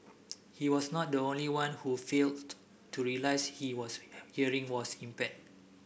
he was not the only one who failed to realise his was hearing was impaired